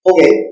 Okay